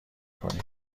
کنی